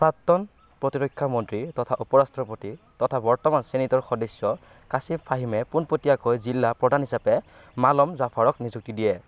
প্ৰাক্তন প্ৰতিৰক্ষা মন্ত্ৰী তথা উপ ৰাষ্ট্ৰপতি তথা বৰ্তমান ছিনেটৰ সদস্য কাছিম ফাহিমে পোনপটীয়াকৈ জিলা প্ৰধান হিচাপে মালম জাফাৰক নিযুক্তি দিয়ে